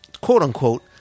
quote-unquote